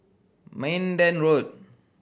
Minden Road